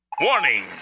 Warning